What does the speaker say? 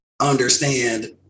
understand